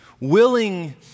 willing